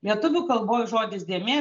lietuvių kalbos žodis dėmė